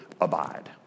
abide